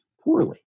Poorly